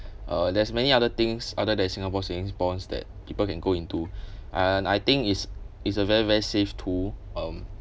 uh there's many other things other than singapore savings bonds that people can go into and I think is is a very very safe to um